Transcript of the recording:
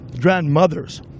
grandmothers